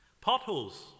Potholes